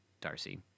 Darcy